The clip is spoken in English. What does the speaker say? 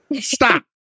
Stop